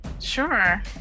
Sure